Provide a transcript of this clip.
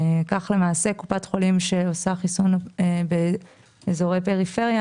כך קופת חולים שעושה חיסון באזורי פריפריה,